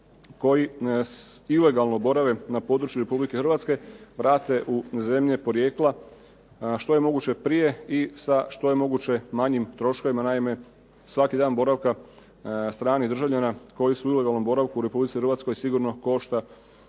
koji ilegalno borave na području RH vrate u zemlje porijekla što je moguće prije i sa što je moguće manjim troškovima. Naime, svaki dan boravka stranih državljana koji su u ilegalnom boravku u RH sigurno košta